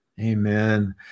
Amen